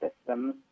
systems